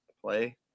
play